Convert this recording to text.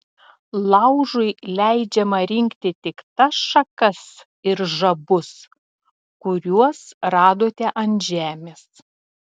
laužui leidžiama rinkti tik tas šakas ir žabus kuriuos radote ant žemės